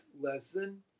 lesson